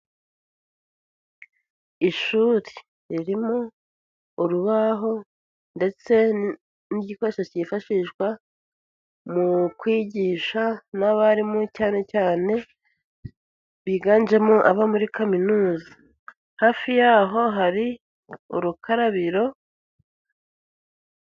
Ishuri ririmo urubaho ndetse n'igikoresho cyifashishwa mu kwigisha n'abarimu cyane cyane biganjemo abo muri kaminuza, hafi yaho hari urukarabiro.